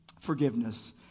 forgiveness